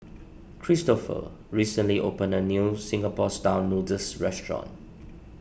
Kristofer recently opened a new Singapore Style Noodles restaurant